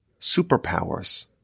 superpowers